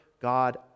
God